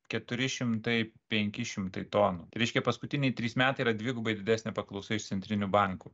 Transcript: keturi šimtai penki šimtai tonų reiškia paskutiniai trys metai yra dvigubai didesnė paklausa iš centrinių bankų